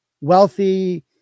wealthy